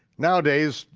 nowadays,